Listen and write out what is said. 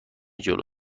جلو